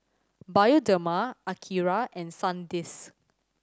Bioderma Akira and Sandisk